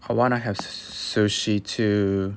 I wanna have sushi too